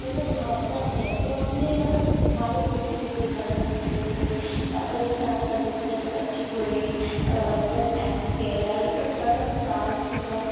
मतलब भावना है वो अपने मतलब भावुक हो के भी कोई करता है नृत्य कोई अगर जैसे आज कल देखा जाए तो कुचिपुड़ी मतलब ऐसे केरल ये सब मतलब डांस बहुत